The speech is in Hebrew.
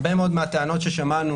הרבה מאוד מהטענות ששמענו